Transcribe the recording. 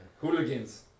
Hooligans